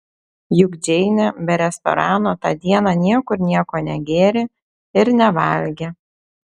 juk džeinė be restorano tą dieną niekur nieko negėrė ir nevalgė